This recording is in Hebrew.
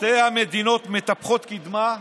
שתי המדינות מטפחות קדמה,